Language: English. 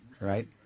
right